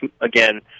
again